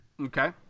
okay